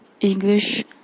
English